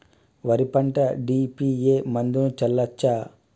వరి పంట డి.ఎ.పి మందును చల్లచ్చా?